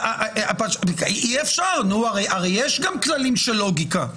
אי אפשר, הרי יש גם כללים של לוגיקה.